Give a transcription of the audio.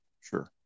sure